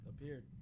appeared